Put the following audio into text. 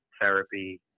therapy